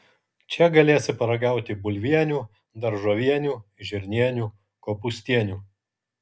čia galėsi paragauti bulvienių daržovienių žirnienių kopūstienių